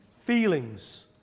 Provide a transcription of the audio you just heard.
Feelings